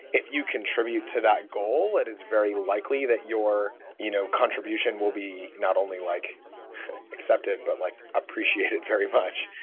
if you contribute to that goal, it is very likely that your you know contribution will be not only like accepted, but like appreciated very much.